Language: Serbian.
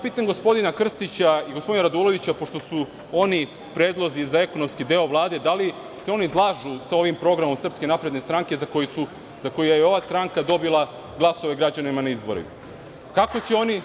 Pitam gospodina Krstića i gospodina Radulovića, pošto su oni predloge za ekonomski deo Vlade dali, da li se oni slažu sa ovim programom SNS, za koji je ova stranka dobila glasove građana na izborima?